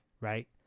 right